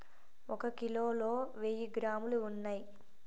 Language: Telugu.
ఒక కిలోలో వెయ్యి గ్రాములు ఉన్నయ్